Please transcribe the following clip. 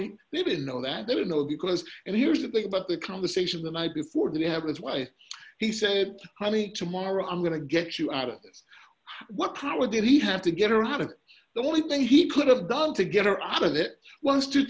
he didn't know that there were no because and here's the thing about the conversation the night before you have this way he said honey tomorrow i'm going to get you out of this what power did he have to get her out of the only thing he could have done to get her out of it